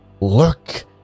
Look